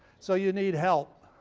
so you need help.